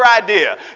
idea